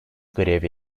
grev